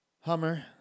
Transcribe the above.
Hummer